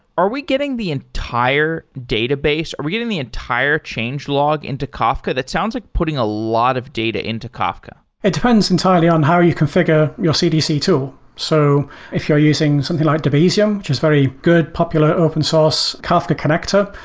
are we getting the entire database? are we getting the entire change log into kafka? that sounds like putting a lot of data into kafka it depends entirely on how you configure your cdc tool. so if you're using something like debezium, which is very good popular open source kafka connector.